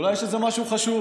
אולי יש איזה משהו חשוב.